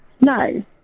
no